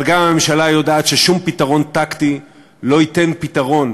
אבל גם הממשלה יודעת ששום פתרון טקטי לא ייתן פתרון